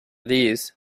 these